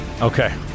Okay